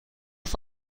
auf